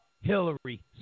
Hillary